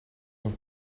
een